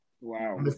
Wow